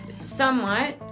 Somewhat